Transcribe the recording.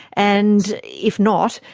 and if not,